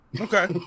Okay